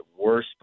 worse